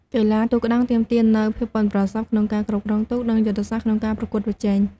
កីឡាទូកក្ដោងទាមទារនូវភាពប៉ិនប្រសប់ក្នុងការគ្រប់គ្រងទូក និងយុទ្ធសាស្ត្រក្នុងការប្រកួតប្រជែង។